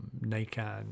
Nikon